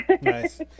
nice